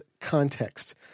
context